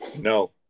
No